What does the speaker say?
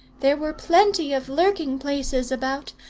there were plenty of lurking-places about,